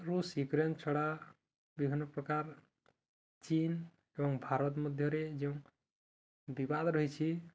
ରୁଷ ୟୁକ୍ରେନ୍ ଛଡ଼ା ବିଭିନ୍ନ ପ୍ରକାର ଚୀନ ଏବଂ ଭାରତ ମଧ୍ୟରେ ଯେଉଁ ବିବାଦ ରହିଛି